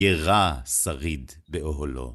ירע שריד באהלו.